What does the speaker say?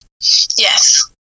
Yes